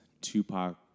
Tupac